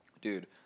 dude